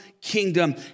kingdom